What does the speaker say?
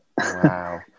wow